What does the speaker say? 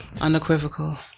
Unequivocal